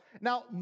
Now